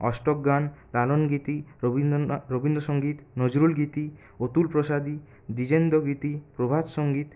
অষ্টক গান লালনগীতি রবীন্দ্রনাথ রবীন্দ্র সংগীত নজরুলগীতি অতুল প্রসাদী দ্বিজেন্দ্রগীতি প্রভাত সংগীত